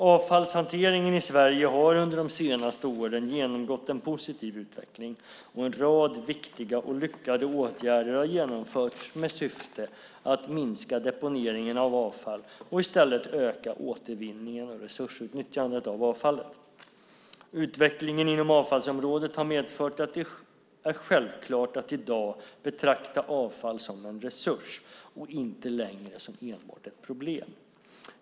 Avfallshanteringen i Sverige har under de senaste åren genomgått en positiv utveckling, och en rad viktiga och lyckade åtgärder har genomförts med syfte att minska deponeringen av avfall och i stället öka återvinningen och resursutnyttjandet av avfallet. Utvecklingen inom avfallsområdet har medfört att det är självklart att i dag betrakta avfall som en resurs och inte längre som enbart ett problem.